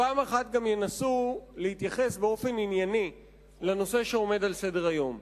ופעם אחת גם ינסו להתייחס באופן ענייני לנושא שעומד על סדר-היום.